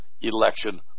election